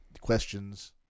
questions